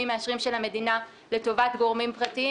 מאשרים של המדינה לטובת גורמים פרטיים.